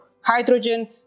hydrogen